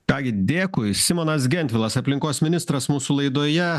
ką gi dėkui simonas gentvilas aplinkos ministras mūsų laidoje